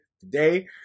today